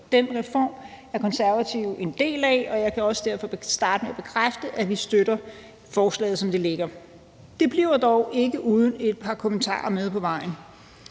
Den reform er Konservative en del af, og jeg kan derfor også starte med at bekræfte, at vi støtter forslaget, som det ligger. Det bliver dog ikke uden et par kommentarer med på vejen.